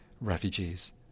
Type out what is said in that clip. refugees